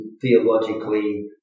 theologically